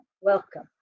welcome